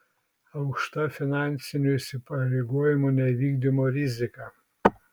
aukšta finansinių įsipareigojimų nevykdymo rizika